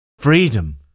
Freedom